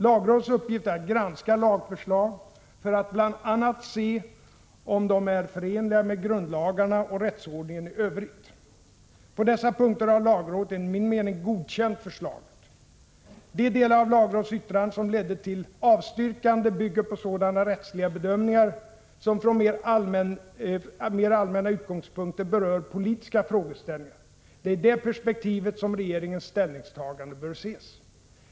Lagrådets uppgift är att granska lagförslag för att bl.a. se om de är förenliga med grundlagarna och rättsordningen i övrigt. På dessa punkter har lagrådet enligt min mening godkänt förslaget. De delar av lagrådets yttrande som ledde till avstyrkandet bygger på sådana rättsliga bedömningar som från mer allmänna utgångspunkter berör politiska frågeställningar. Det är i det perspektivet som regeringens ställningstagande bör ses.